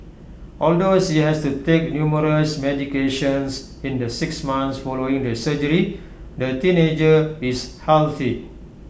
although she has to take numerous medications in the six months following the surgery the teenager is healthy